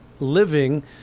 living